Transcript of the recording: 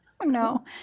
No